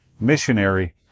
missionary